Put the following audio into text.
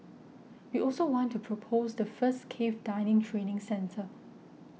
we also want to propose the first cave diving training centre